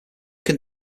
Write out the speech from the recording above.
can